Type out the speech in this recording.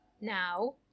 now